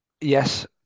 Yes